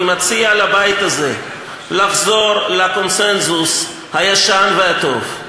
אני מציע לבית הזה לחזור לקונסנזוס הישן והטוב,